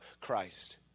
Christ